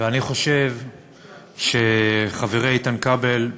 ואני חושב שחברי איתן כבל,